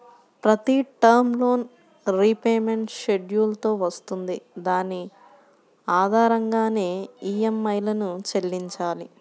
ప్రతి term loan repayment schedule తో వస్తుంది దాని ఆధారంగానే ఈఎంఐలను చెల్లించాలి